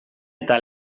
eta